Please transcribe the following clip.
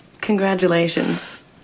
Congratulations